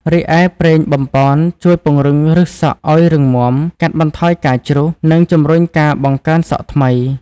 រីឯ ប្រេងបំប៉នជួយពង្រឹងឫសសក់ឲ្យរឹងមាំ កាត់បន្ថយការជ្រុះ និងជំរុញការបង្កើតសក់ថ្មី។